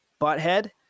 butthead